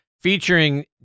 featuring